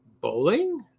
bowling